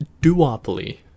duopoly